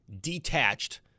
detached